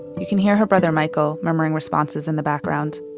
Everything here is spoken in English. you can hear her brother michael murmuring responses in the background